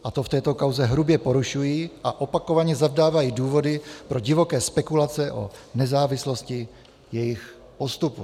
A to v této kauze hrubě porušují a opakovaně zavdávají důvody pro divoké spekulace o nezávislosti jejich postupu.